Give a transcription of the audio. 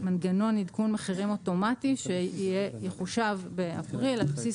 מנגנון עדכון מחירים אוטומטי שיחושב באפריל על בסיס